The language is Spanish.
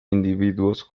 individuos